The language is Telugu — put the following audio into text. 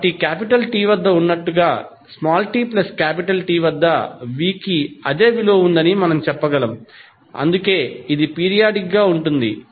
కాబట్టి T వద్ద ఉన్నట్లుగా tT వద్ద v కి అదే విలువ ఉందని మనము చెప్పగలం అందుకే ఇది పీరియాడిక్ గా ఉంటుంది